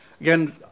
again